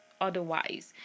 otherwise